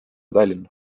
tallinna